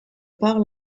par